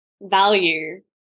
value